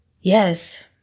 Yes